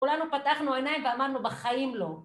כולנו פתחנו עיניים ואמרנו בחיים לא